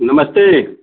नमस्ते